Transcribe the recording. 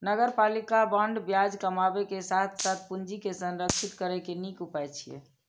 नगरपालिका बांड ब्याज कमाबै के साथ साथ पूंजी के संरक्षित करै के नीक उपाय छियै